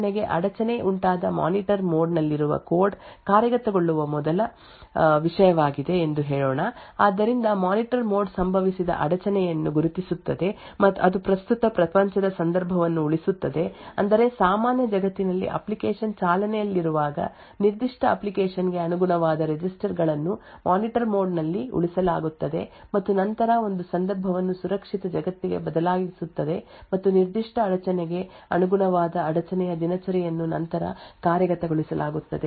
ಆದ್ದರಿಂದ ಉದಾಹರಣೆಗೆ ಅಡಚಣೆ ಉಂಟಾದಾಗ ಮಾನಿಟರ್ ಮೋಡ್ ನಲ್ಲಿರುವ ಕೋಡ್ ಕಾರ್ಯಗತಗೊಳ್ಳುವ ಮೊದಲ ವಿಷಯವಾಗಿದೆ ಎಂದು ಹೇಳೋಣ ಆದ್ದರಿಂದ ಮಾನಿಟರ್ ಮೋಡ್ ಸಂಭವಿಸಿದ ಅಡಚಣೆಯನ್ನು ಗುರುತಿಸುತ್ತದೆ ಅದು ಪ್ರಸ್ತುತ ಪ್ರಪಂಚದ ಸಂದರ್ಭವನ್ನು ಉಳಿಸುತ್ತದೆ ಅಂದರೆ ಸಾಮಾನ್ಯ ಜಗತ್ತಿನಲ್ಲಿ ಅಪ್ಲಿಕೇಶನ್ ಚಾಲನೆಯಲ್ಲಿರುವಾಗ ನಿರ್ದಿಷ್ಟ ಅಪ್ಲಿಕೇಶನ್ ಗೆ ಅನುಗುಣವಾದ ರೆಜಿಸ್ಟರ್ ಗಳನ್ನು ಮಾನಿಟರ್ ಮೋಡ್ ನಲ್ಲಿ ಉಳಿಸಲಾಗುತ್ತದೆ ಮತ್ತು ನಂತರ ಒಂದು ಸಂದರ್ಭವನ್ನು ಸುರಕ್ಷಿತ ಜಗತ್ತಿಗೆ ಬದಲಾಯಿಸಲಾಗುತ್ತದೆ ಮತ್ತು ನಿರ್ದಿಷ್ಟ ಅಡಚಣೆಗೆ ಅನುಗುಣವಾದ ಅಡಚಣೆಯ ದಿನಚರಿಯನ್ನು ನಂತರ ಕಾರ್ಯಗತಗೊಳಿಸಲಾಗುತ್ತದೆ